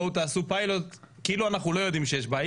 בואו תעשו פיילוט כאילו אנחנו לא יודעים שיש בעיה.